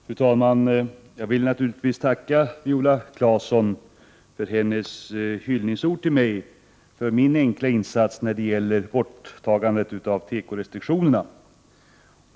Fru talman! Jag vill naturligtvis tacka Viola Claesson för hennes hyllningsord till mig för min enkla insats när det gäller borttagandet av tekorestriktionerna.